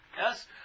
Yes